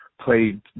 played